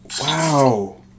Wow